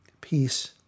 peace